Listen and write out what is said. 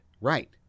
Right